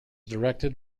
directed